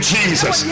Jesus